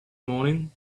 morning